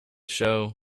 show